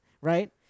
right